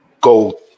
go